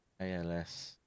als